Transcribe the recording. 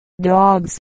dogs